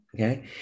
okay